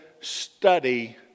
study